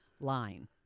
line